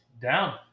Down